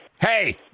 hey